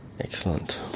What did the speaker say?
excellent